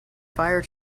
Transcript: fire